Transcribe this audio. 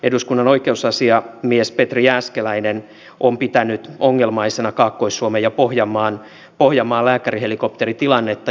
eduskunnan oikeusasiamies petri jääskeläinen on pitänyt ongelmaisena kaakkois suomen ja pohjanmaan lääkärihelikopteritilannetta